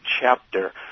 chapter